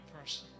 person